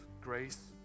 grace